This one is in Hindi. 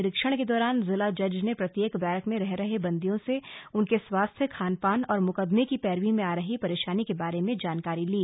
निरीक्षण के दौरान जिला जज ने प्रत्येक बैरक में रह रहे बन्दियों से उनके स्वास्थ्य खानपान और मुकदमे की पैरवी में आ रही परेशानी के बारे में जानकारी ली